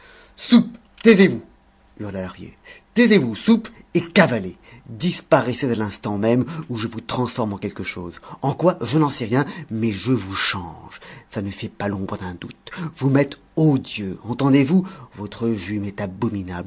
hurla lahrier taisez-vous soupe et cavalez disparaissez à l'instant même ou je vous transforme en quelque chose en quoi je n'en sais rien mais je vous change ça ne fait pas l'ombre d'un doute vous m'êtes odieux entendez-vous votre vue